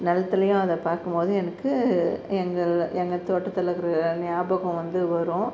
நிலத்துலையும் அதை பார்க்கும்போது எனக்கு எங்கள் எங்கள் தோட்டத்தில் இருக்கிற நியாபகம் வந்து வரும்